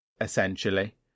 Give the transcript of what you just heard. essentially